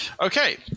Okay